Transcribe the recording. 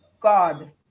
god